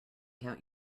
count